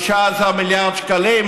15 מיליארד שקלים.